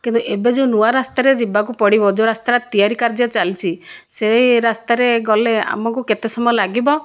କିନ୍ତୁ ଏବେ ଯେଉଁ ନୂଆ ରାସ୍ତାରେ ଯିବାକୁ ପଡ଼ିବ ଯେଉଁ ରାସ୍ତାଟା ତିଆରି କାର୍ଯ୍ୟ ଚାଲିଛି ସେହି ରାସ୍ତାରେ ଗଲେ ଆମକୁ କେତେ ସମୟ ଲାଗିବ